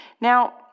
Now